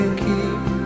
keep